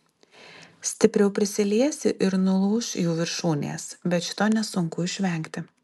stipriau prisiliesi ir nulūš jų viršūnės bet šito nesunku išvengti